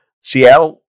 Seattle